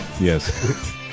Yes